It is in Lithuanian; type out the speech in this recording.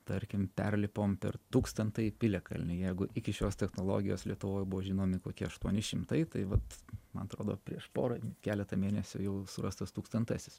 tarkim perlipom per tūkstantąjį piliakalnį jeigu iki šios technologijos lietuvoj buvo žinomi kokie aštuoni šimtai tai vat man atrodo prieš porą keletą mėnesių jau surastas tūkstantasis